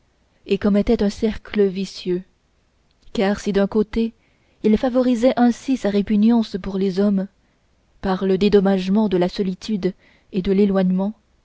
et commettait un cercle vicieux car si d'un côté il favorisait ainsi sa répugnance pour les hommes par le dédommagement de la solitude et de l'éloignement